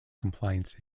compliance